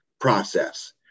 process